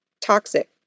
toxic